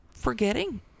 forgetting